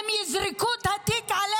הם יזרקו את התיק עליכם,